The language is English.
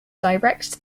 direct